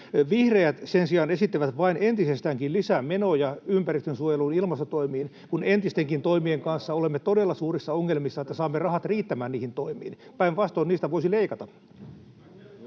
Vihreät sen sijaan esittivät vain entisestäänkin lisää menoja ympäristönsuojeluun, ilmastotoimiin, kun entistenkin toimien kanssa olemme todella suurissa ongelmissa, että saamme rahat riittämään niihin toimiin. Päinvastoin, niistä voisi leikata.